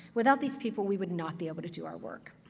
without these people, we would not be able to do our work.